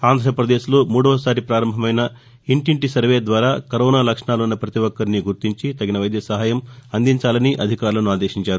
ఆంధ్రప్రదేశ్ లో మూడోసారి పారంభమైన ఇంటింటి సర్వే ద్వారా కరోనా లక్షణాలున్న పతి ఒక్కరిని గుర్తించి తగిన వైద్య సహాయం అందించాలని అధికారులను ఆదేశించారు